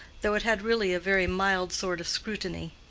though it had really a very mild sort of scrutiny.